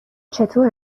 چطور